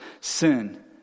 sin